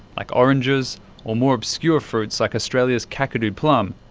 like oranges or more obscure fruits like australia's kakadu plum,